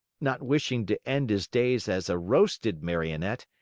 not wishing to end his days as a roasted marionette,